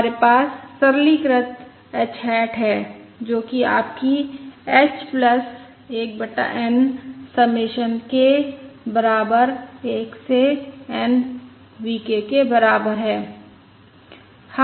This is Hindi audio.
हमारे पास सरलीकृत h हैट है जो कि आपकी h 1 बटा N समेशन k बराबर 1 से N V k के बराबर है